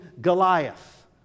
Goliath